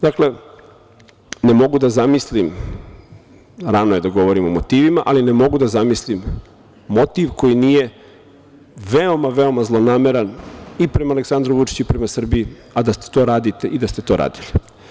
Dakle, rano je da govorim o motivima, ali ne mogu da zamislim motiv koji nije veoma, veoma zlonameran i prema Aleksandru Vučiću i prema Srbiji, a da to radite i da ste to radili.